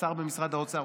השר במשרד האוצר,